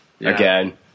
again